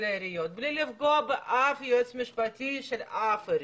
בלי לפגוע באף יועץ משפטי של אף עירייה,